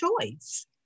choice